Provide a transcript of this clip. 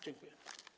Dziękuję.